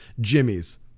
Jimmy's